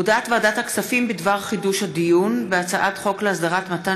הודעת ועדת הכספים בדבר חידוש הדיון בהצעת חוק להסדרת מתן